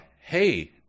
Hey